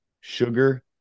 sugar